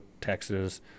Texas